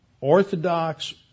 orthodox